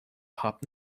hopped